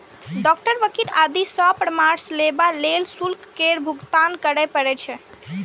doctor, वकील आदि सं परामर्श लेबा लेल शुल्क केर भुगतान करय पड़ै छै